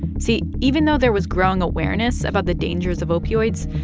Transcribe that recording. see even though there was growing awareness about the dangers of opioids,